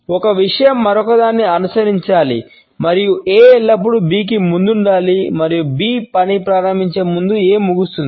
ఒక విషయం మరొకదాన్ని అనుసరించాలి మరియు A ఎల్లప్పుడూ B కి ముందు ఉండాలి మరియు B పని ప్రారంభించే ముందు A ముగుస్తుంది